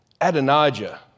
Adonijah